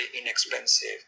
inexpensive